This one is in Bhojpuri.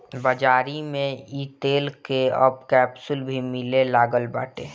बाज़ारी में इ तेल कअ अब कैप्सूल भी मिले लागल बाटे